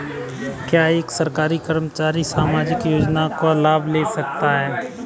क्या एक सरकारी कर्मचारी सामाजिक योजना का लाभ ले सकता है?